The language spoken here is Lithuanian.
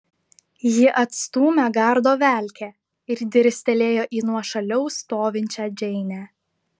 ji atstūmė gardo velkę ir dirstelėjo į nuošaliau stovinčią džeinę